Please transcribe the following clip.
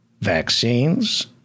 vaccines